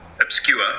obscure